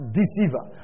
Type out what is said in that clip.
deceiver